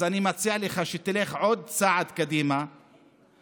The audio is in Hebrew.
אז אני מציע לך שתלך עוד צעד קדימה ותתפטר